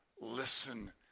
Listen